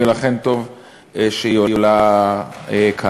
ולכן טוב שהיא עולה כאן.